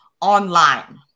online